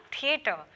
theatre